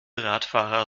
radfahrer